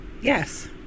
Yes